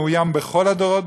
המאוים בכל הדורות,